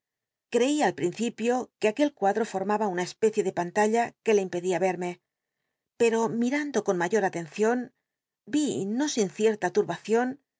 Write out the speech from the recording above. cj'cí al principio que aquel cuadro formaba una especie de antalla que le impedía verme pcl'o mimndo con mayot atcncion no sin cierta turbacion